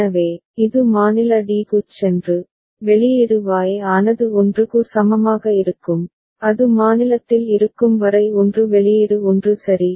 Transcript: எனவே இது மாநில d க்குச் சென்று வெளியீடு Y ஆனது 1 க்கு சமமாக இருக்கும் அது மாநிலத்தில் இருக்கும் வரை 1 வெளியீடு 1 சரி